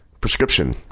prescription